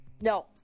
No